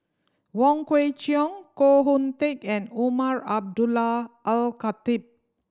Wong Kwei Cheong Koh Hoon Teck and Umar Abdullah Al Khatib